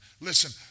Listen